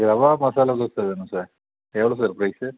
ரவா மசாலா தோசை வேணும் சார் எவ்வளோ sir price